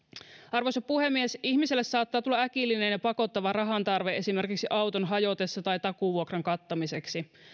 arvoisa puhemies ihmiselle saattaa tulla äkillinen ja pakottava rahantarve esimerkiksi auton hajotessa tai takuuvuokran kattamiseksi